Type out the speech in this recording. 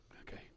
Okay